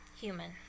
human